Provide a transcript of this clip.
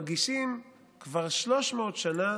מגישים כבר 300 שנה